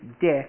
death